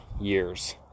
years